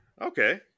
Okay